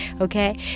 okay